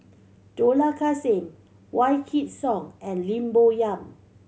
Dollah Kassim Wykidd Song and Lim Bo Yam